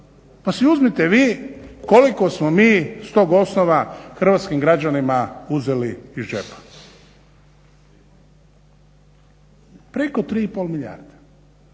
pa si uzmite vi koliko smo mi s tog osnova hrvatskim građanima uzeli iz džepa. Preko 3,5 milijarde.